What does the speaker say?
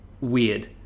weird